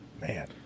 Man